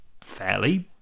fairly